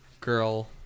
girl